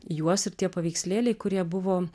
juos ir tie paveikslėliai kurie buvo